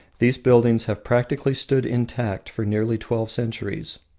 these buildings have practically stood intact for nearly twelve centuries.